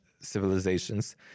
civilizations